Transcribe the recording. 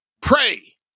pray